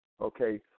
okay